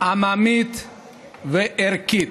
עממית וערכית,